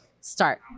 start